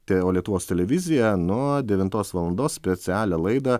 tė o lietuvos televizija nuo devintos valandos specialią laidą